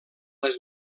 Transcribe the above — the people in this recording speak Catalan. les